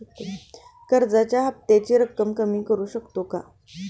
कर्जाच्या हफ्त्याची रक्कम कमी करू शकतो का?